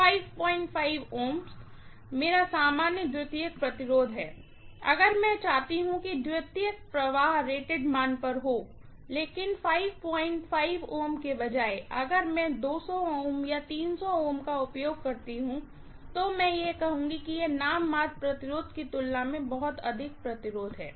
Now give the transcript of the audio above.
55 Ω मेरा सामान्य secondary resistance है अगर मैं चाहती हूँ कि सेकेंडरी करंट रेटेड मान पर हो लेकिन 55 Ω के बजाय अगर मैं 200 Ω या 300 Ω का उपयोग करती हूँ तो मैं कहूँगी कि यह नाममात्र रेजिस्टेंस की तुलना में बहुत अधिक रेजिस्टेंस है